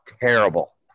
terrible